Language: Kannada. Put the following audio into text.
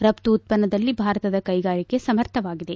ರಫ್ತು ಉತ್ಪನ್ನದಲ್ಲಿ ಭಾರತದ ಕೈಗಾರಿಕೆ ಸಮರ್ಥವಾಗಿದೆ